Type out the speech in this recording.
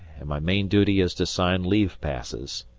and my main duty is to sign leave passes.